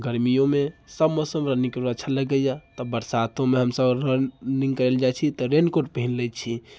गर्मियोमे सब मौसममे नीक हमरा अच्छा लगैए तब बरसातोमे हमसब रनिङ्ग करैला जाइत छी तऽ रेन कोट पहिन लैत छी